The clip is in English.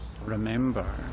remember